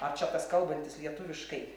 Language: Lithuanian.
ar čia tas kalbantis lietuviškai